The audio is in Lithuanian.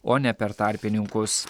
o ne per tarpininkus